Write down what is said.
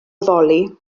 addoli